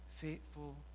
faithful